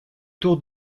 tour